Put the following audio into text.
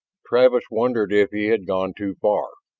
travis wondered if he had gone too far.